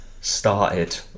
started